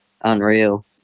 unreal